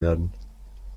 werden